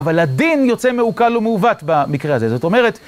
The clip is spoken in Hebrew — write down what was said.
אבל הדין יוצא מעוקל ומעוות במקרה הזה, זאת אומרת...